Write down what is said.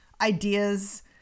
ideas